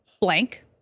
blank